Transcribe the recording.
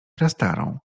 prastarą